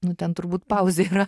nu ten turbūt pauzė yra